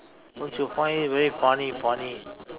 don't you find it very funny funny